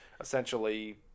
essentially